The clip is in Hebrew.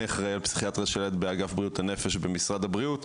אני אחראי הפסיכיאטריה של הילד באגף בריאות הנפש במשרד הבריאות.